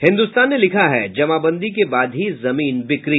हिन्द्रस्तान ने लिखा है जमाबंदी के बाद ही जमीन बिक्री